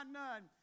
none